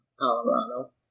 Colorado